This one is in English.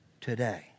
today